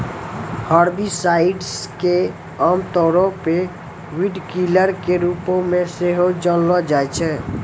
herbicides के आमतौरो पे वीडकिलर के रुपो मे सेहो जानलो जाय छै